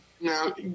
now